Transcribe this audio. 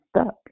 stuck